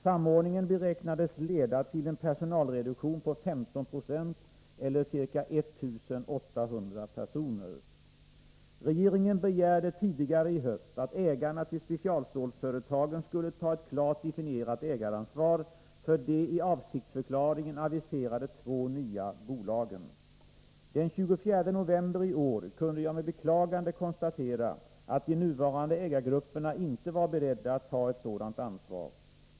Samordningen beräknades leda till en personalreduktion på 15 96 eller ca 1 800 personer. Regeringen begärde tidigare i höst att ägarna till specialstålsföretagen skulle ta ett klart definierat ägaransvar för de i avsiktsförklaringen aviserade två nya bolagen. Den 24 november i år kunde jag med beklagande konstatera att de nuvarande ägargrupperna inte var beredda att ta ett sådant ansvar.